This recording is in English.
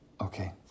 Okay